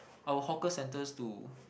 our hawker centers to